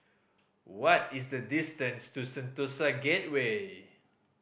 what is the distance to Sentosa Gateway